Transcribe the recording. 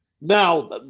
Now